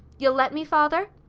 you'll let me, father?